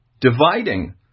dividing